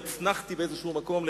הוצנחתי לכאן,